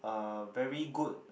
uh very good